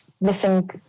missing